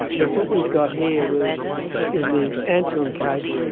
but what we've got here was in the antoun case,